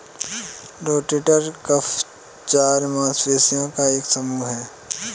rotator cuff चार मांसपेशियों का एक समूह है